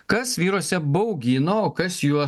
kas vyruose baugina o kas juos